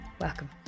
Welcome